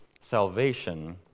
salvation